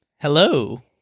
Hello